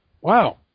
Wow